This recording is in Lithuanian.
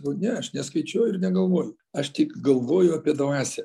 nu ne aš neskaičiuoju ir negalvoju aš tik galvoju apie dvasią